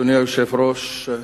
אדוני היושב-ראש,